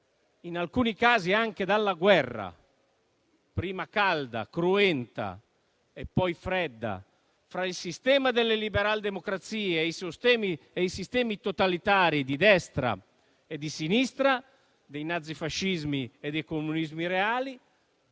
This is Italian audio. in alcuni casi anche dalla guerra (prima calda e cruenta e, poi, fredda) fra il sistema delle liberal-democrazie e i sistemi totalitari di destra e di sinistra, dei nazi-fascismi e dei comunismi reali,